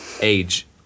age